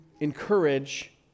encourage